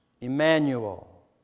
Emmanuel